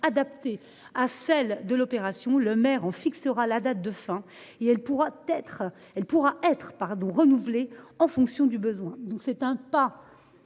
adaptée à celle de l’opération. Le maire en fixera la date de fin et elles pourront être renouvelées en fonction du besoin.